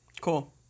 Cool